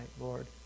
Lord